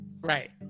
Right